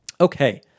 Okay